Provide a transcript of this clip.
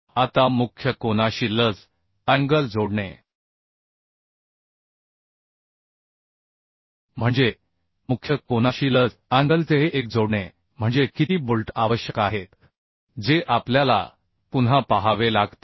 आता मुख्य कोनाशी लज अँगल जोडणे म्हणजे मुख्य कोनाशी लज अँगलचे हे एक जोडणे म्हणजे किती बोल्ट आवश्यक आहेत जे आपल्याला पुन्हा पाहावे लागतील